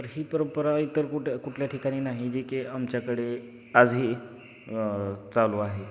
तर ही परंपरा तर कुठं कुठल्या ठिकाणी नाही जी की आमच्याकडे आजही चालू आहे